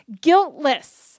guiltless